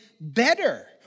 better